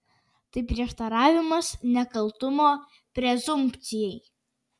tai prieštaravimas nekaltumo prezumpcijai